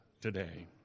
today